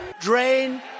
Drain